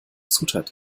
zutat